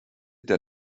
der